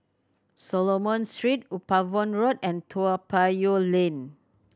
Solomon Street Upavon Road and Toa Payoh Lane